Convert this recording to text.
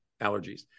allergies